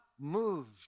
moved